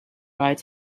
right